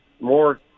more